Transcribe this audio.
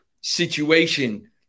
situation